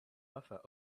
buffer